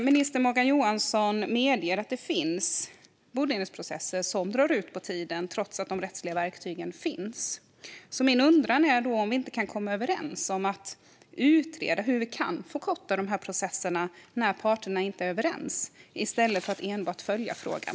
Minister Morgan Johansson medger att det händer att bodelningsprocesser drar ut på tiden trots att de rättsliga verktygen finns. Min undran är därför om vi inte kan komma överens om att utreda hur vi kan förkorta processerna när parterna inte är överens, i stället för att enbart följa frågan.